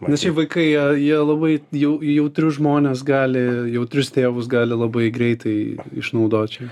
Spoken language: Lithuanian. nes šiaip vaikai jie jie labai į jau į jautrius žmones gali jautrius tėvus gali labai greitai išnaudot čia